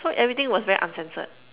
so everything was very uncensored